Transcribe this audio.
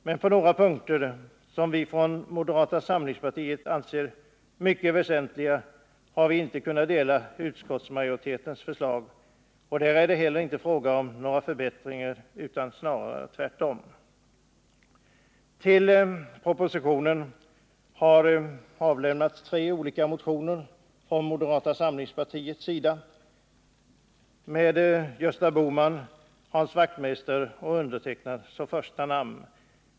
Men på några punkter, som vi från moderata samlingspartiet anser mycket väsentliga, har vi inte kunnat dela utskottsmajoritetens förslag, och där är det heller inte fråga om förbättringar utan snarare tvärtom. Med anledning av propositionen har avlämnats tre motioner från moderata samlingspartiet, med Gösta Bohman, Hans Wachtmeister och mig själv som första namn.